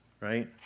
right